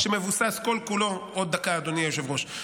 עוד דקה, אדוני היושב-ראש.